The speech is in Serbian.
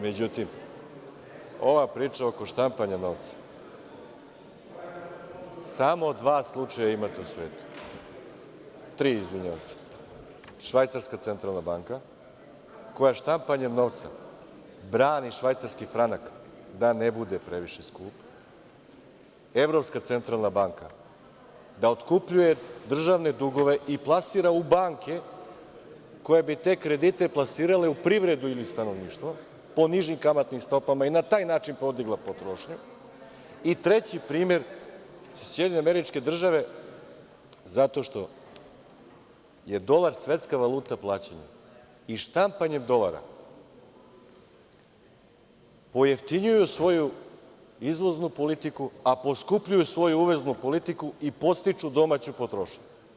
Međutim, ova priča oko štampanja novca, samo tri slučaja imate u svetu – Švajcarska centralna banka koja štampanjem novca brani švajcarski franak da ne bude previše skup, Evropska centralna banka da otkupljuje državne dugove i plasira u banke koje bi te kredite plasirale u privredu ili stanovništvo po nižim kamatnim stopama i na taj način podigla potrošnju i treći primer su SAD zato što je dolar svetska valuta plaćanja i štampanjem dolara pojeftinjuje svoju izvoznu politiku, a poskupljuje svoju uvoznu politiku i podstiče domaću potrošnju.